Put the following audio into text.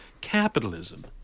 capitalism